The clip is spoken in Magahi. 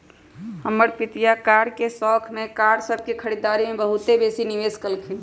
हमर पितिया कार के शौख में कार सभ के खरीदारी में बहुते बेशी निवेश कलखिंन्ह